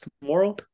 tomorrow